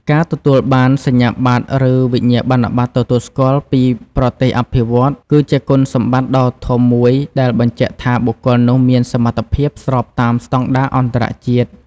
ការទទួលបានសញ្ញាបត្រ ឬវិញ្ញាបនបត្រទទួលស្គាល់ពីប្រទេសអភិវឌ្ឍន៍ គឺជាគុណសម្បត្តិដ៏ធំមួយដែលបញ្ជាក់ថាបុគ្គលនោះមានសមត្ថភាពស្របតាមស្តង់ដារអន្តរជាតិ។